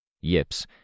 Yips